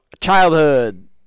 Childhood